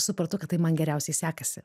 supratau kad tai man geriausiai sekasi